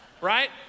Right